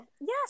yes